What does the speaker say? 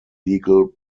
legal